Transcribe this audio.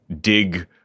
dig